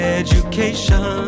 education